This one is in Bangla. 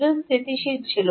স্থিতিশীল ছিল না